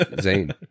Zane